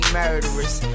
murderers